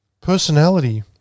Personality